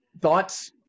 thoughts